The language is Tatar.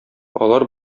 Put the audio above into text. алар